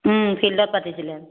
ফিল্ডত পাতিছিলে